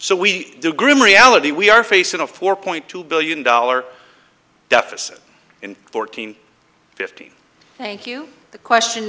so we do grim reality we are facing a four point two billion dollar deficit in fourteen fifteen thank you the question